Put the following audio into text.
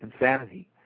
insanity